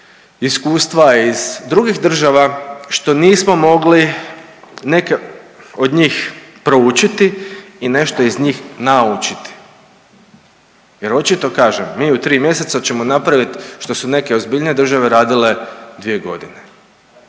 iskustva iz drugih država što nismo mogli neke od njih proučiti i nešto iz njih naučiti. Jer očito kažem, mi u 3 mjeseca ćemo napraviti što su neke ozbiljnije države radile 2 godine.